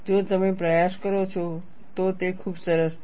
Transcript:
જો તમે પ્રયાસ કરો છો તો તે ખૂબ સરસ છે